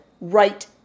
right